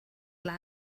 glad